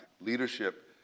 leadership